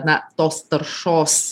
na tos taršos